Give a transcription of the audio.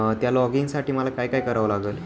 त्या लॉग इनसाठी मला काय काय करावं लागेल